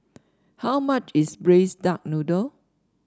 how much is Braised Duck Noodle